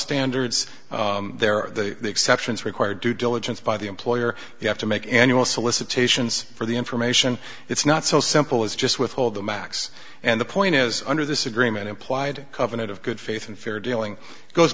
standards there are the exceptions require due diligence by the employer you have to make annual solicitations for the information it's not so simple as just withhold the max and the point is under this agreement implied covenant of good faith and fair dealing goes